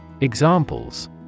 Examples